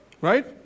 Right